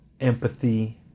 empathy